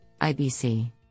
IBC